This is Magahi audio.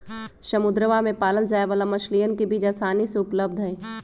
समुद्रवा में पाल्ल जाये वाला मछलीयन के बीज आसानी से उपलब्ध हई